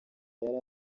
yari